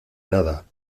nada